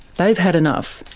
they've had enough.